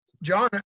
John